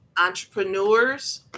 entrepreneurs